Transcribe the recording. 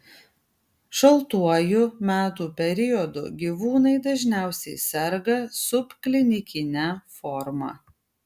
šaltuoju metų periodu gyvūnai dažniausiai serga subklinikine forma